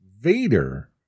vader